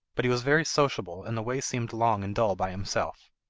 but he was very sociable and the way seemed long and dull by himself.